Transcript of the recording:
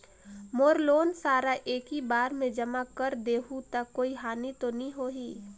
मोर loan सारा एकी बार मे जमा कर देहु तो कोई हानि तो नी होही?